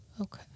okay